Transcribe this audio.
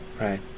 Right